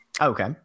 Okay